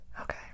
Okay